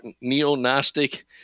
neo-gnostic